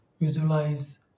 visualize